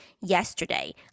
yesterday